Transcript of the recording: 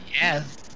Yes